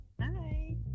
Hi